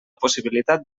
possibilitat